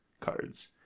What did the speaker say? cards